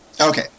Okay